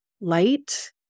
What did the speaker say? light